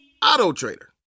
Auto-trader